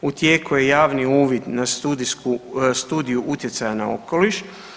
U tijeku je javni uvid na studijsku utjecaja na okoliš.